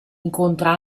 incontra